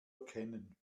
erkennen